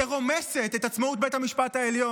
היא רומסת את עצמאות בית המשפט העליון.